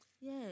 Yes